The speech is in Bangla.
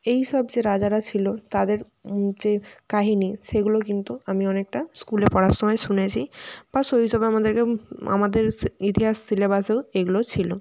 এই সব যে রাজারা ছিলো তাদের যে কাহিনি সেগুলো কিন্তু আমি অনেকটা স্কুলে পড়ার সময় শুনেছি বা শৈশবে আমাদেরকে আমাদের ইতিহাস সিলেবাসেও এগুলো ছিলো